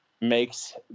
makes